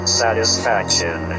satisfaction